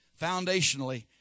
foundationally